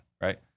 right